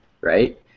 right